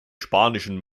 spanischen